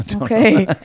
okay